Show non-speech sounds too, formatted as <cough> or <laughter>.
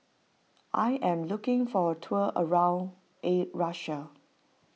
I am looking for a tour around <unintelligible> Russia